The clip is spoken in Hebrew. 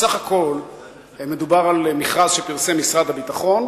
בסך הכול מדובר על מכרז שפרסם משרד הביטחון,